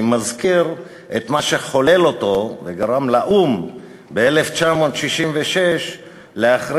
אני מזכיר את מה שחולל אותו וגרם לאו"ם ב-1966 להכריז